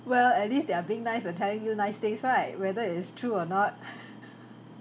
well at least they are being nice for telling you nice things right whether it's true or not